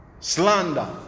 slander